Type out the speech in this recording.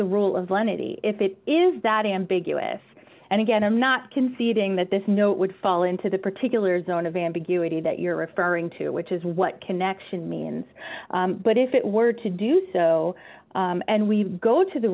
the rule of lenity if it is that ambiguous and again i'm not conceding that this no would fall into the particular zone of ambiguity that you're referring to which is what connection means but if it were to do so and we go to the